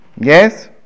Yes